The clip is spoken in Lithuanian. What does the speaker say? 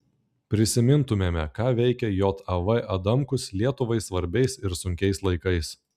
prisimintumėme ką veikė jav adamkus lietuvai svarbiais ir sunkiais laikais